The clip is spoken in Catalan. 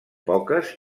poques